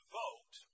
vote